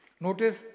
Notice